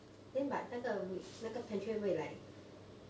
then but 那个那个 pantry 会不会 like